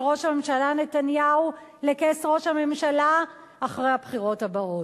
ראש הממשלה נתניהו לכס ראש הממשלה אחרי הבחירות הבאות.